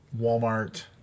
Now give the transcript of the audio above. Walmart